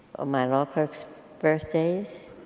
or my law clerks' birthdays.